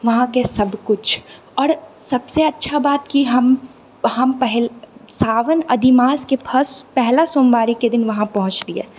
वहांके सबकिछु आओर सबसँ अच्छा बात कि हम हम पहिल सावन अधिमासके फर्स्ट पहिला सोमवारीके वहां पहुँचलियै